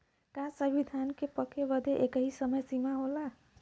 का सभी धान के पके के एकही समय सीमा होला?